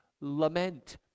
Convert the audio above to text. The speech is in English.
lament